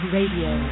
Radio